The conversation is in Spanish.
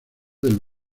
del